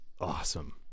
awesome